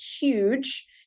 huge